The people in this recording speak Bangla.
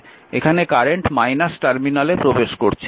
এখানে কারেন্ট টার্মিনালে প্রবেশ করছে